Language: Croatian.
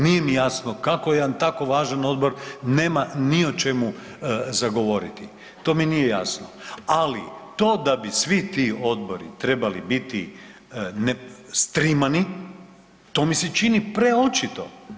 Nije mi jasno kako jedan tako važan odbor nema ni o čemu na govoriti, to mi nije jasno, ali to da bi svi ti odbori trebali biti streamani to mi se čini preočito.